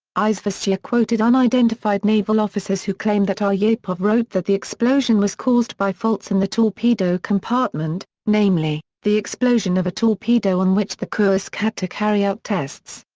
izvestia quoted unidentified naval officers who claimed that aryapov wrote that the explosion was caused by faults in the torpedo compartment, namely, the explosion of a torpedo on which the kursk had to carry out tests.